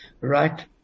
right